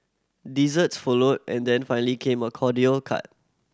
desserts followed and then finally came a cordial cart